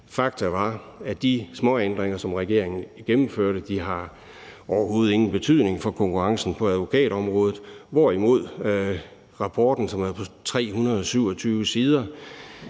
Fakta er, at de småændringer, som regeringen gennemførte, overhovedet ingen betydning har for konkurrencen på advokatområdet, hvorimod rapporten, som er på 327 sider,